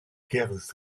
guerres